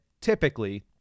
typically